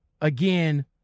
again